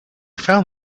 found